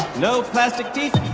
no plastic teeth.